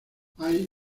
hay